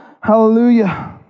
Hallelujah